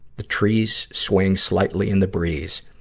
the trees swaying slightly in the breeze.